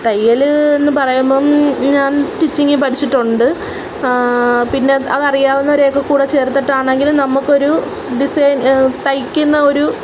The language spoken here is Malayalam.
തയ്യല് എന്ന് പറയുമ്പോള് ഞാൻ സ്റ്റിച്ചിങ് പഠിച്ചിട്ടുണ്ട് പിന്നെ അതറിയാവുന്നവരൊക്കെ കൂടെ ചേർത്തിട്ടാണെങ്കിലും നമ്മള്ക്കൊരു ഡിസൈൻ തയ്ക്കുന്ന ഒരു